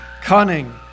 cunning